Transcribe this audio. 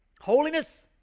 Holiness